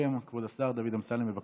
יסכם כבוד השר דוד אמסלם, בבקשה.